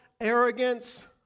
arrogance